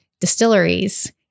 distilleries